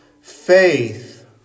faith